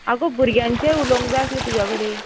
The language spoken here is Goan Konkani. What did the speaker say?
आगो भुरग्यांचे उलोवंक जाय आसलें तुज्या कडेन